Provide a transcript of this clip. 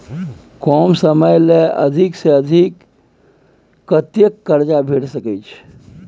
कम समय ले अधिक से अधिक कत्ते कर्जा भेट सकै छै?